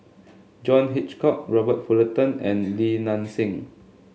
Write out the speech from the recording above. John Hitchcock Robert Fullerton and Li Nanxing